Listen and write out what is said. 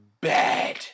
bad